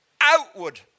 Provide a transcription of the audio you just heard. outward